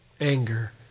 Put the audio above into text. anger